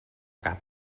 cap